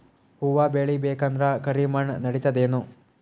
ಹುವ ಬೇಳಿ ಬೇಕಂದ್ರ ಕರಿಮಣ್ ನಡಿತದೇನು?